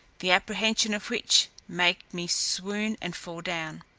the apprehension of which make me swoon and fall down.